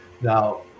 now